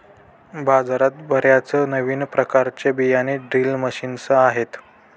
बाजारात बर्याच नवीन प्रकारचे बियाणे ड्रिल मशीन्स आहेत